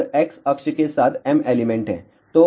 और x अक्ष के साथ m एलिमेंट हैं